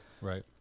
Right